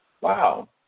Wow